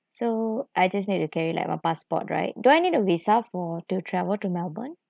so I just need to carry like one passport right do I need a visa for to travel to melbourne